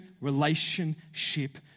relationship